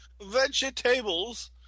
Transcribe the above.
vegetables